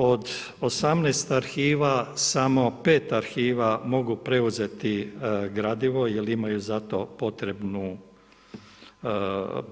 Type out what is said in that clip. Od 18 arhiva samo 4 arhiva mogu preuzeti gradivo jer imaju zato